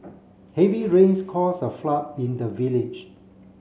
heavy rains cause a flood in the village